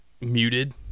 muted